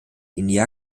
india